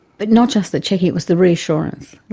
but not just the checking, it was the reassurance,